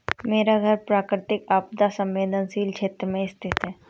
मेरा घर प्राकृतिक आपदा संवेदनशील क्षेत्र में स्थित है